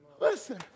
Listen